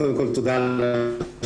קודם כול, תודה על השאלה.